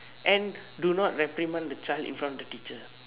and do not reprimand the child in front of the teacher